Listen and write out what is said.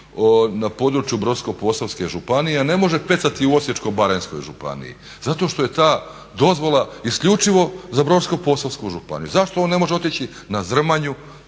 na području Brodsko-posavske županije a ne može pecati u Osječko-baranjskoj županiji zato što je ta dozvola isključivo za Brodsko-posavsku županiju. Zašto on ne može otići na Zrmanju,